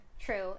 True